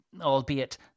albeit